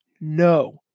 No